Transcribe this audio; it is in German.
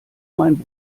mein